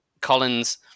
Collins